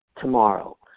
tomorrow